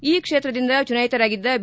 ಈ ಕ್ಷೇತ್ರದಿಂದ ಚುನಾಯಿತರಾಗಿದ್ದ ಬಿ